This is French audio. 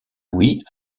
louis